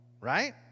right